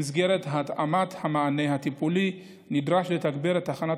במסגרת התאמת המענה הטיפולי נדרש לתגבר את תחנות